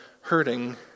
hurting